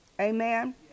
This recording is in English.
Amen